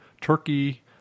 Turkey